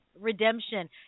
Redemption